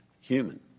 human